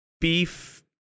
Beef